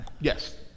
Yes